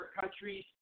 countries